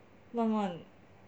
乱乱